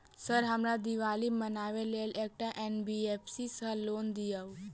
Sir हमरा दिवाली मनावे लेल एकटा एन.बी.एफ.सी सऽ लोन दिअउ?